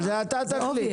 את זה אתה תחליט.